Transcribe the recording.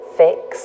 fix